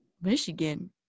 Michigan